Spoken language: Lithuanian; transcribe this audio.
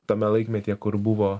tame laikmetyje kur buvo